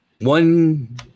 One